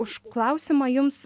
už klausimą jums